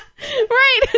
Right